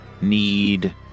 need